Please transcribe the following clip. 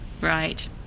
Right